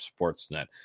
sportsnet